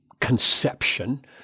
conception